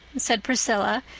said priscilla,